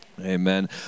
Amen